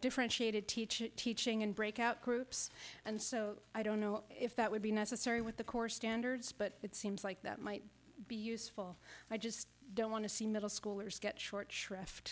differentiated teaching teaching and break out groups and so i don't know if that would be necessary with the core standards but it seems like that might be useful i just don't want to see middle schoolers get short shrift